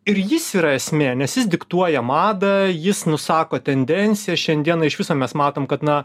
ir jis yra esmė nes jis diktuoja madą jis nusako tendencijas šiandieną iš viso mes matom kad na